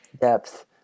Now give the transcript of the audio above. depth